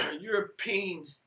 European